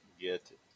get